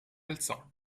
alzò